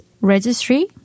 registry